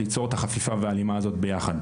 ליצור את החפיפה וההלימה הזאת ביחד.